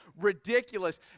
ridiculous